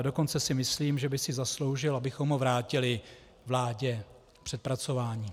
Dokonce si myslím, že by si zasloužil, abychom ho vrátili vládě k přepracování.